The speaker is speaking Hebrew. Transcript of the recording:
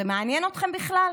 זה מעניין אתכם בכלל?